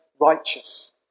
righteous